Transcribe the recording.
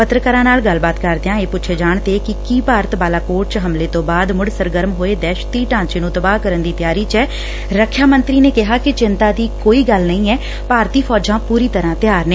ਪੱਤਰਕਾਰਾਂ ਨਾਲ ਗੱਲਬਾਤ ਕਰਦਿਆਂ ਇਹ ਪੁੱਛੇ ਜਾਣ ਤੇ ਕਿ ਕੀ ਭਾਰਤ ਬਾਲਾਕੋਟ ਚ ਹਮਲੇ ਤੋ ਬਾਅਦ ਮੁੜ ਸਰਗਰਮ ਹੋਏ ਦਹਿਸ਼ਤਗਰਦੀ ਢਾਂਚੇ ਨੂੰ ਤਬਾਹ ਕਰਨ ਦੀ ਤਿਆਰੀ ਚ ਐ ਰਖਿਆ ਮੰਤਰੀ ਨੇ ਕਿਹਾ ਕਿ ਚਿੰਤਾ ਦੀ ਕੋਈ ਗੱਲ ਨਹੀਂ ਐ ਭਾਰਤੀ ਫੌਜਾਂ ਪੁਰੀ ਤਰਾਂ ਤਿਆਰ ਨੇ